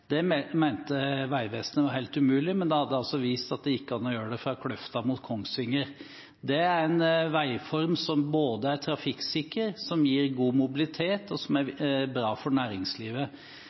Det mente Vegvesenet var helt umulig, men da hadde en altså vist at det gikk an å gjøre det fra Kløfta mot Kongsvinger. Det er en veiform som både er trafikksikker, som gir god mobilitet, og som er bra for næringslivet.